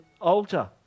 altar